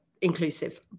inclusive